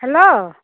hello